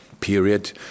period